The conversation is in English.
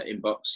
inbox